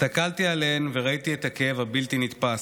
הסתכלתי עליהן וראיתי את הכאב הבלתי-נתפס.